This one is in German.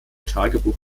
tagebuch